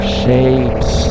shapes